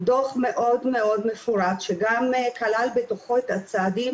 דוח מאוד מאוד מפורט שגם כלל בתוכו את הצעדים